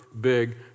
big